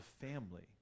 family